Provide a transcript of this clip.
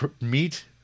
Meat